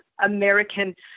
American